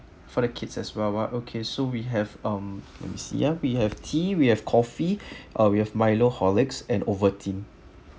for the kids as well ah okay so we have um let me see ah we have tea we have coffee uh we have milo horlicks and ovaltine